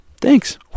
thanks